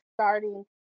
starting